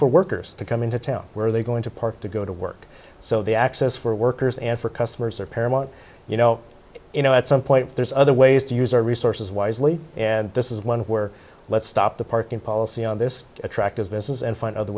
for workers to come into town where are they going to park to go to work so the access for workers and for customers are paramount you know you know at some point there's other ways to use our resources wisely and this is one where let's stop the parking policy on this attractive business and find other